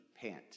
pant